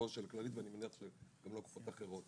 לא של הכללית, ואני מניח שגם לא של קופות אחרות.